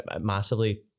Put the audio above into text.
massively